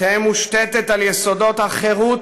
תהא מושתתת על יסודות החירות,